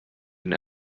den